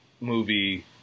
movie